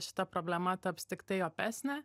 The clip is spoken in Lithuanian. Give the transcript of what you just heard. šita problema taps tiktai opesnė